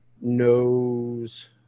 knows